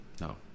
No